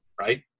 right